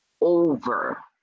over